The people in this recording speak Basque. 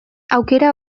aukera